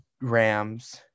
Rams